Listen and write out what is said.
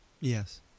Yes